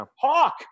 hawk